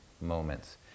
moments